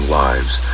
lives